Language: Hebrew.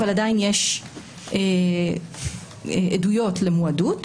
אבל עדיין יש עדויות למועדות,